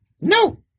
No